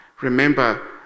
remember